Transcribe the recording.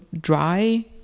dry